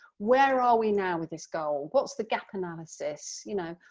where are we now with this goal? what's the gap analysis you know,